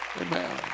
Amen